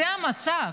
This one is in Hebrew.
זה המצב.